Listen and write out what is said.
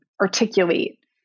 articulate